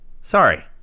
Sorry